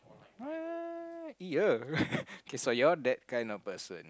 what !ee-yer! kay so you're that kind of person